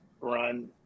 run